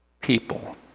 People